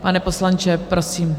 Pane poslanče, prosím.